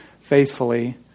faithfully